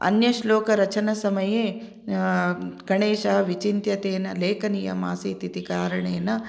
अन्य श्लोकरचनसमये गणेशः विचिन्त्य तेन लेखनीयम् आसीत् इति कारणेन